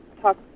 talk